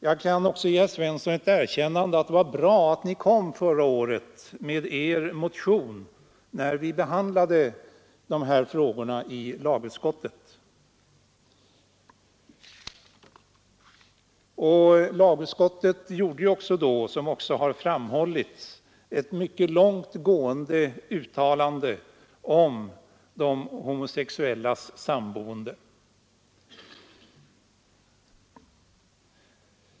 Jag kan också ge herr Svensson erkännandet att det var bra att vpk kom med sin motion när lagutskottet förra året behandlade samlevnadsfrågor. Lagutskottet gjorde ju då, som också har framhållits, ett mycket långt gående uttalande om de homosexuellas samboende.